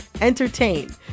entertain